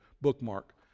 bookmark